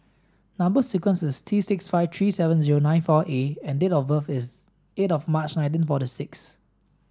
number sequence is T six five three seven zero nine four A and date of birth is eight of March nineteen forty six